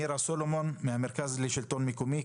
מירה סלומון ממרכז השלטון המקומי.